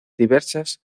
diversas